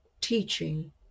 teaching